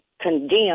condemn